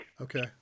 Okay